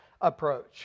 approach